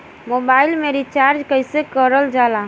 Mobile में recharge कइसे करल जाला?